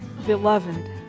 beloved